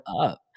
up